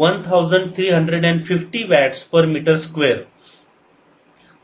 1350 watts per metre square